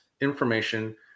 information